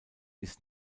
ist